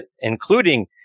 including